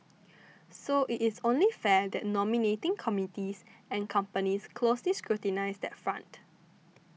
so it is only fair that nominating committees and companies closely scrutinise that front